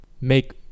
make